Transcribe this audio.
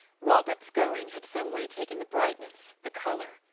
robert's going had some way taken the brightness, the color,